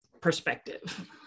perspective